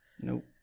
Nope